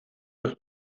los